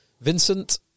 Vincent